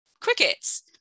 crickets